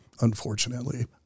unfortunately